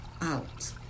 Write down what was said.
out